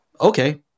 okay